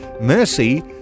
mercy